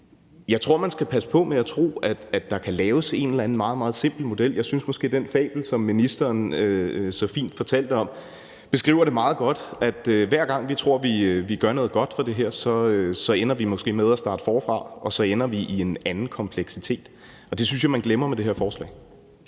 Jeg tror, man skal passe på med at tro, at der kan laves en eller anden meget, meget simpel model, og jeg synes måske, at den fabel, som ministeren så fint fortalte om, beskriver det meget godt, altså at vi, hver gang vi tror, at vi gør noget godt for det her, måske så ender med at starte forfra, og så ender vi i en anden kompleksitet. Det synes jeg man glemmer med det her forslag.